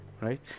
right